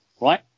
right